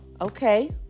Okay